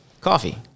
coffee